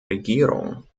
regierung